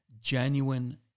genuine